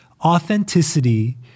authenticity